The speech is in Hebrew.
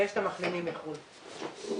בנוסף יש את המחלימים מחוץ לארץ.